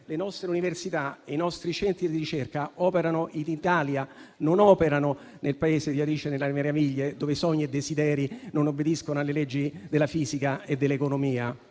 le nostre università e i nostri centri di ricerca operano in Italia, non nel Paese delle meraviglie di Alice, dove sogni e desideri non obbediscono alle leggi della fisica e dell'economia.